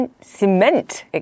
cement